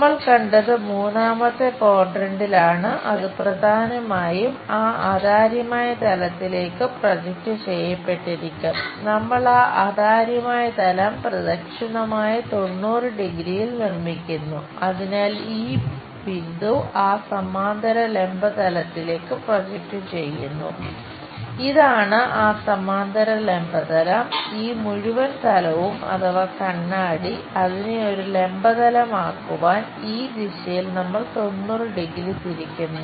നമ്മൾ കണ്ടത് മൂന്നാമത്തെ ക്വാഡ്രന്റിലാണ് തിരിക്കുന്നു